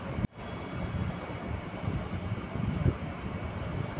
खेती करै वाला मशीन से भी घास काटलो जावै पाड़ै